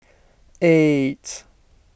eight